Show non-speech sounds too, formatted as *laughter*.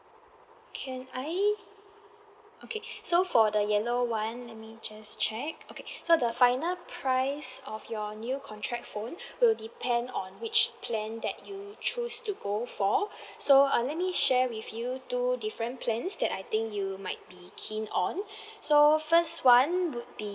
can I okay so for the yellow one let me just check okay so the final price of your new contract phone will depend on which plan that you choose to go for *breath* so uh let me share with you two different plans that I think you might be keen on *breath* so first one would be